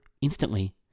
instantly